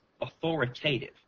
authoritative